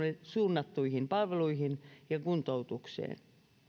suunnattuihin palveluihin ja kuntoutukseen